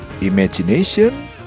imagination